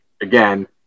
again